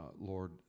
Lord